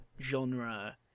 genre